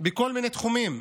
בכל מיני תחומים,